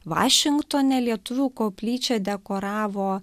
vašingtone lietuvių koplyčią dekoravo